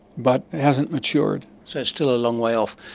but it hasn't matured. so it's still a long way off.